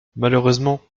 malheureusement